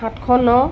সাতশ ন